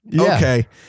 okay